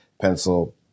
pencil